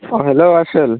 औ हेलौ आसोल